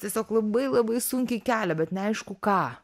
tiesiog labai labai sunkiai kelią bet neaišku ką